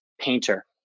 painter